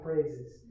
praises